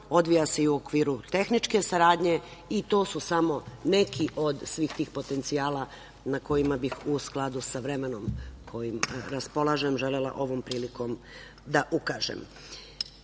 odvija se i u okviru tehničke saradnje i to su samo neki od svih tih potencijala na kojima bih u skladu sa vremenom raspolažem, želela ovom prilikom da ukažem. Istina